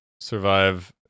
survive